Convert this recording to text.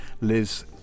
Liz